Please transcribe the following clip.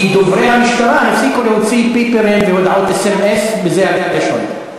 כי דוברי המשטרה הפסיקו להוציא ביפרים והודעות אס.אם.אס בזה הלשון.